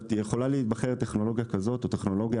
יכולה להיבחר טכנולוגיה כזו או טכנולוגיה